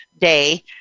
day